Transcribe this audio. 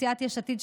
סיעת יש עתיד,